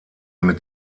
mit